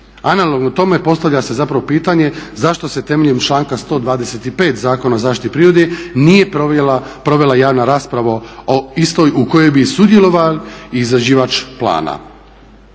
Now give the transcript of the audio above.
Analogno tome postavlja se zapravo pitanje zašto se temeljem članka 125. Zakona o zaštiti prirode nije provela javna rasprava o istoj u kojoj bi sudjelovao izrađivač plana.